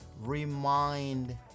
Remind